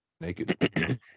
naked